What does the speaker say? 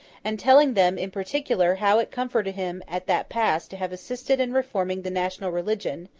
and telling them, in particular, how it comforted him, at that pass, to have assisted in reforming the national religion,